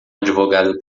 advogado